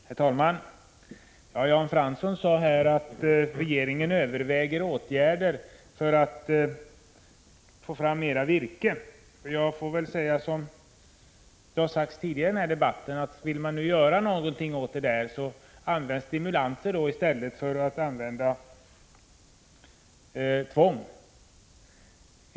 Herr talman! Jan Fransson sade att regeringen överväger åtgärder för att få fram mera virke. Jag får väl säga som andra har sagt tidigare i den här debatten: Vill regeringen göra någonting åt det — använd då stimulanser i stället för att använda tvång!